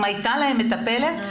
אם הייתה להם מטפלת,